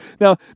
Now